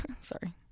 sorry